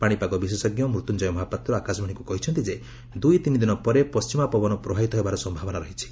ପାଶିପାଗ ବିଶେଷଜ୍ଞ ମୃତ୍ୟୁଞ୍ଜୟ ମହାପାତ୍ର ଆକାଶବାଣୀକୁ କହିଛନ୍ତି ଯେ ଦୁଇତିନିଦିନ ପରେ ପଶ୍ଚିମା ପବନ ପ୍ରବାହିତ ହେବାର ସମ୍ଭାବନା ରହିଛି